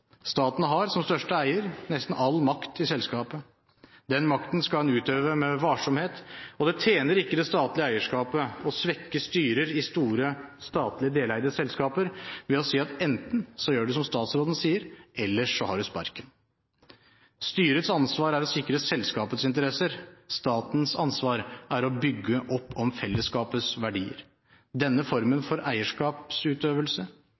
Staten har som største eier nesten all makt i selskapet. Den makten skal en utøve med varsomhet, og det tjener ikke det statlige eierskapet å svekke styrer i store statlige deleide selskaper ved å si at enten gjør du som statsråden sier, eller så har du sparken. Styrets ansvar er å sikre selskapets interesser, statens ansvar er å bygge opp om fellesskapets verdier. Denne formen